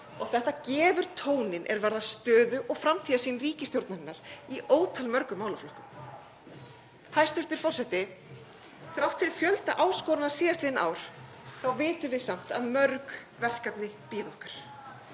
Þetta gefur tóninn er varðar stöðu og framtíðarsýn ríkisstjórnarinnar í ótal mörgum málaflokkum. Hæstv. forseti. Þrátt fyrir fjölda áskorana síðastliðin ár þá vitum við samt að mörg verkefni bíða okkar.